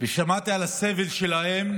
ושמעתי על הסבל שלהם,